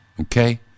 okay